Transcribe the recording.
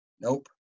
Nope